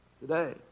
today